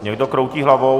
Někdo kroutí hlavou.